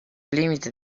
limite